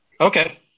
Okay